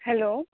hello